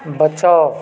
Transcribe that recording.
बचाउ